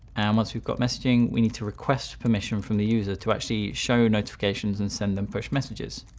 and once we've got messaging, we need to request permission from the user to actually show notifications and send them push messages.